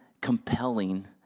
compelling